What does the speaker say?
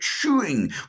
chewing